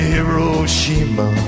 Hiroshima